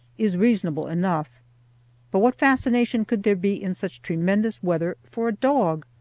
is reasonable enough but what fascination could there be in such tremendous weather for a dog?